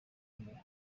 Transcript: kumera